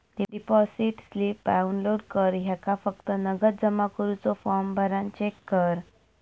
deposit slip download कर ह्येका फक्त नगद जमा करुचो फॉर्म भरान चेक कर